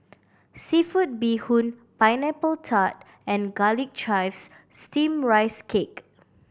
seafood bee hoon Pineapple Tart and Garlic Chives Steamed Rice Cake